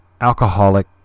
alcoholic